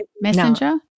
Messenger